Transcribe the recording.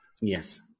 Yes